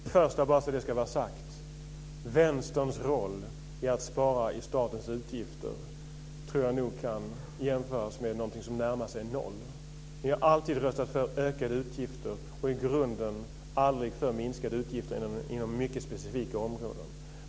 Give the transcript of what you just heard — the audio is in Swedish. Fru talman! Först, bara för att det ska vara sagt: Vänsterns roll i att spara i statens utgifter tror jag nog kan jämföras med någonting som närmar sig noll. Ni har alltid röstat för ökade utgifter och i grunden aldrig för minskade utgifter inom mycket specifika områden.